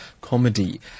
comedy